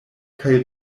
kaj